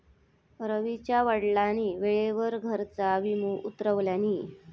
रवीच्या वडिलांनी वेळेवर घराचा विमो उतरवल्यानी